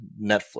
Netflix